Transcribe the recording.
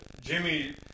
Jimmy